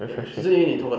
very refreshing